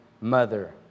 mother